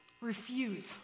refuse